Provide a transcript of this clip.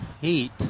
heat